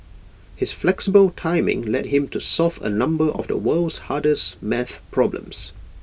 his flexible timing led him to solve A number of the world's hardest math problems